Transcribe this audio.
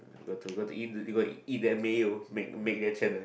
got to got to eat you got eat the mayo make make the channel